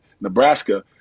Nebraska